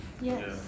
Yes